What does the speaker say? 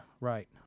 Right